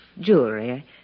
jewelry